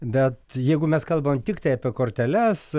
bet jeigu mes kalbame tiktai apie korteles